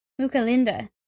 Mukalinda